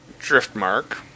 Driftmark